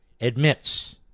admits